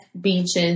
beaches